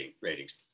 ratings